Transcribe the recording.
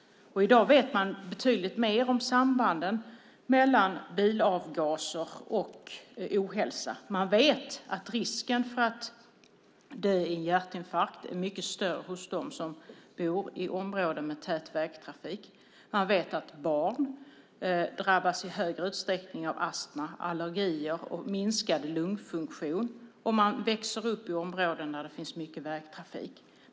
I dag vet man betydligt mer om sambanden mellan bilavgaser och ohälsa. Man vet att risken att dö i hjärtinfarkt är mycket större hos dem som bor i områden med tät vägtrafik. Man vet att barn drabbas i större utsträckning av astma och allergier och minskad lungfunktion om de växer upp i områden där det finns mycket vägtrafik.